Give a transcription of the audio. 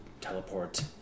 teleport